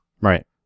Right